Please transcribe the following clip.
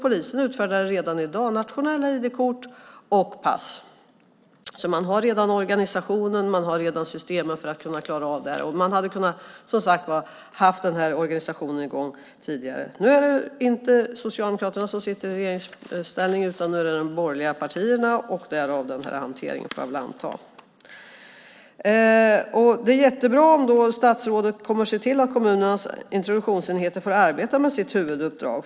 Polisen utfärdar nämligen redan i dag nationella ID-kort och pass. Man har redan organisationen och systemen för att kunna klara av det här. Man hade, som sagt, kunnat ha den här organisationen i gång tidigare. Nu är det inte Socialdemokraterna som sitter i regeringsställning, utan nu är det de borgerliga partierna, därav den här hanteringen, får jag väl anta. Det är jättebra om statsrådet kommer att se till att kommunernas introduktionsenheter får arbeta med sitt huvuduppdrag.